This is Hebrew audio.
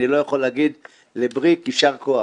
אני רוצה להגיד לבריק יישר כוח,